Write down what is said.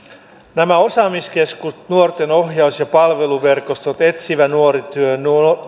nämä osaamiskeskukset nuorten ohjaus ja palveluverkostot etsivä nuorisotyö